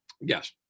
Yes